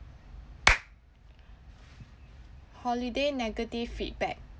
holiday negative feedback